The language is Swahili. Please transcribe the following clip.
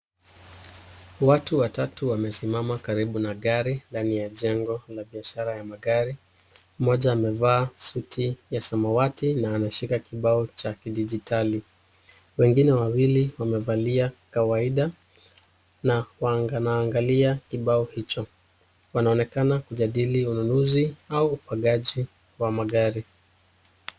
Watu watatu wamesimama karibu na gari ndani ya jengo la biashara ya magari, mmoja amevaa suti ya samawati na anashika kibao cha kidijitali, wengine wawili wamevalia kawaida na wanaangalia kibao hicho. Wanaonekana kujadili ununuzi au upangaji wa magari.